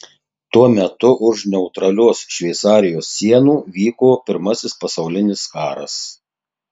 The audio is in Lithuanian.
tuo metu už neutralios šveicarijos sienų vyko pirmasis pasaulinis karas